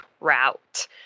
route